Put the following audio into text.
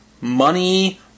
money